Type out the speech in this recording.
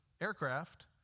aircraft